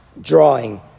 drawing